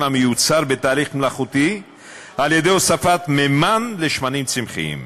המיוצר בתהליך מלאכותי על-ידי הוספת מימן לשמנים צמחיים.